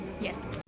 Yes